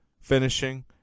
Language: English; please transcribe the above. finishing